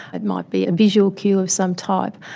it might be a visual cue of some type.